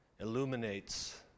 illuminates